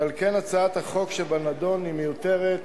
ועל כן הצעת החוק שבנדון מיותרת.